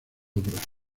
obras